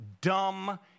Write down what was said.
dumb